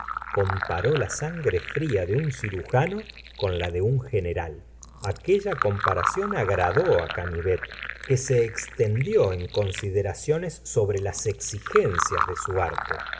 comparó la sangre fria de un cirujano con la de un general aquella comparación agradó á canivet que se extendió en consideraciones sobre las exigencias de su arte